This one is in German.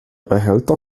behälter